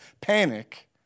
panic